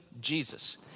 Jesus